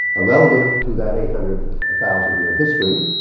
aroundive to that eight hundred thousand year history,